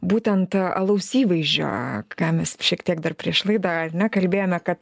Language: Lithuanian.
būtent alaus įvaizdžio ką mes šiek tiek dar prieš laidą ane kalbėjome kad